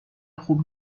خوب